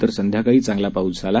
तर संध्याकाळी चांगल पाऊस पडला